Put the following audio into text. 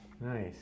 Nice